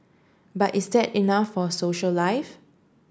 but is that enough for social life